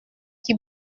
qui